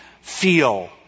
feel